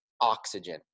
Oxygen